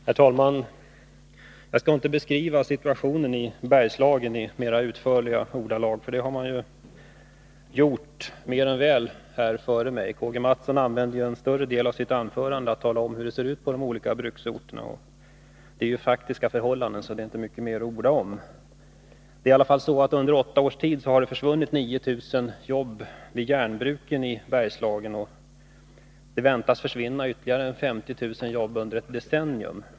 Herr talman! Jag skall inte beskriva situationen i Bergslagen i mera utförliga ordalag — det har man ju gjort mer än väl i tidigare anföranden. Karl-Gustaf Mathsson använde en stor del av sitt anförande till att tala om hur det ser ut på de olika bruksorterna. Detta är ju faktiska förhållanden, så det är inte mycket mer att orda om. Under åtta års tid har det försvunnit 9000 jobb vid järnbruken i Bergslagen, och ytterligare 50 000 jobb väntas försvinna under ett decennium.